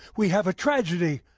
we have a tragedy,